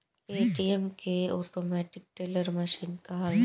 ATM के automatic teller machine कहाला